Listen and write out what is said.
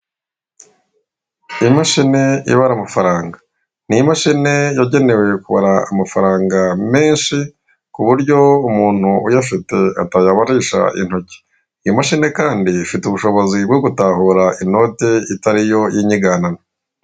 Imashini ibara amafaranga ni imashini yagenewe kubara amafaranga menshi ku buryo umuntu uyafite atayabarisha intoki. Iyi mashini kandi ifite ubushobozi bwo gutahura inote itariyo y'inyiganano.